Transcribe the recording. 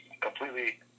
completely